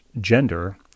gender